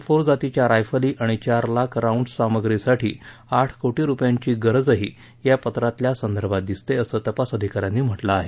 four जातीच्या रायफली आणि चार लाख राऊंडस् सामग्रीसाठी आठ कोटी रुपयांची गरजही या पत्रातल्या संदर्भात दिसते असं तपास अधिका यांनी म्हंटलं आहे